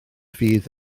fydd